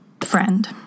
Friend